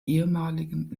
ehemaligen